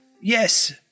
yes